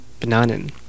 Bananen